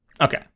Okay